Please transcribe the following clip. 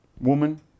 Woman